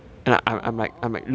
orh orh orh orh orh